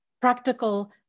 Practical